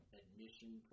admission